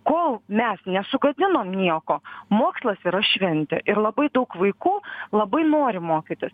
kol mes nesugadinom nieko mokslas yra šventė ir labai daug vaikų labai nori mokytis